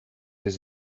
his